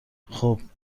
خوب